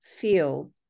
feel